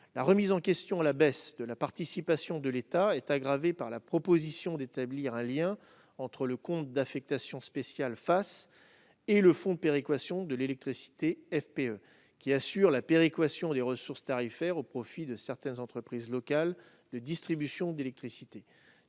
La remise en question à la baisse de la participation de l'État est aggravée par la proposition d'établir un lien entre le compte d'affectation spéciale « FACÉ » et le Fonds de péréquation de l'électricité (FPE), qui assure la péréquation des ressources tarifaires au profit de certaines entreprises locales de distribution d'électricité,